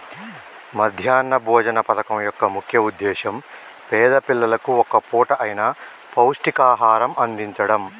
మధ్యాహ్న భోజన పథకం యొక్క ముఖ్య ఉద్దేశ్యం పేద పిల్లలకు ఒక్క పూట అయిన పౌష్టికాహారం అందిచడం